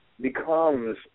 becomes